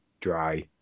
dry